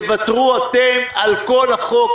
תוותרו אתם על כל החוק,